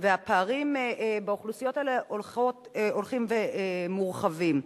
הפערים באוכלוסיות האלה הולכים ומורחבים.